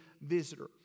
visitor